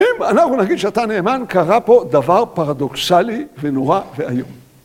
אם אנחנו נגיד שאתה נאמן, קרה פה דבר פרדוקסלי ונורא ואיום.